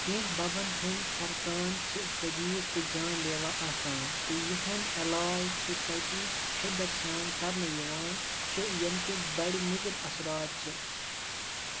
کیٚنٛہہ ببن ہٕنٛدۍ سرتان چھِ شٔدیٖد تہٕ جان لیوا آسان تہٕ یِہُن٘د علاج چھُ تٔتۍ شِدت سان كَرنہٕ یوان چھِ ییٚمِكہِ بڈِ مُضِر اَثرات چھِ